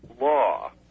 law